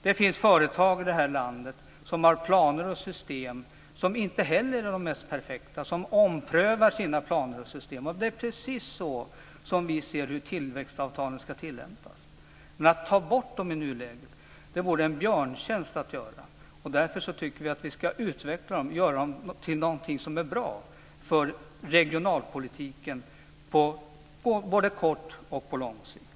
Det finns företag i detta land som har planer och system som inte heller är de mest perfekta och som omprövar sina planer och system. Det är precis så som vi anser att tillväxtavtalen ska tilllämpas. Att ta bort dem i nuläget vore att göra en björntjänst. Därför tycker vi att vi ska utveckla dem och göra dem till någonting som är bra för regionalpolitiken på både kort och lång sikt.